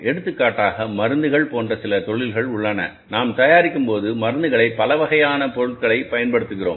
எடுத்துக்காட்டாக மருந்துகள் போன்ற சில தொழில்கள் உள்ளன நாம் தயாரிக்கும்போது மருந்துகளைபல வகையான பொருட்களைப் பயன்படுத்துகிறோம்